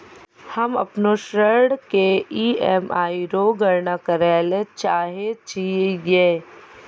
हम्म अपनो ऋण के ई.एम.आई रो गणना करैलै चाहै छियै